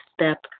step